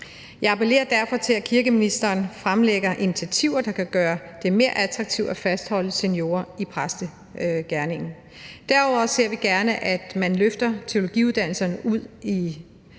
Jeg appellerer derfor til, at kirkeministeren fremlægger initiativer, der kan gøre det mere attraktivt at fastholde seniorer i præstegerningen. Derudover foreslår vi, at dimensioneringen på teologi